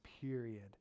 period